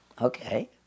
Okay